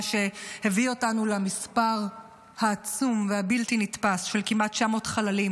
מה שהביא אותנו למספר העצום והבלתי-נתפס של כמעט 900 חללים